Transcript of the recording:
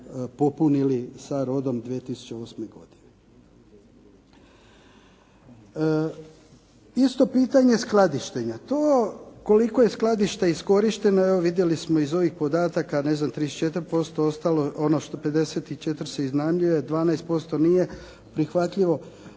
popunili sa rodom 2008. godine. Isto pitanje skladištenja, to koliko je skladištenje iskorišteno, evo vidjeli smo iz ovih podataka, ne znam 34%, ostalo ono što 54 se iznajmljuje, 12% nije prihvatljivo,